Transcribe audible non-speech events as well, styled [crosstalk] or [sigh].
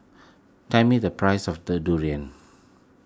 [noise] tell me the price of the Durian